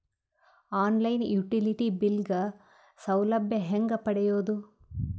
On line utility bill ಗ ಸೌಲಭ್ಯ ಹೇಂಗ ಪಡೆಯೋದು?